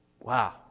Wow